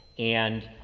and,